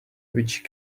which